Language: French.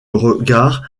regard